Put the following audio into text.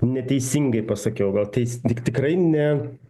neteisingai pasakiau gal teis tik tikrai ne